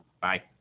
Bye